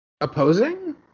Opposing